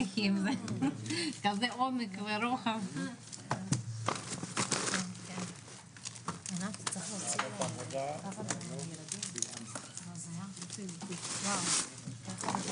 13:14.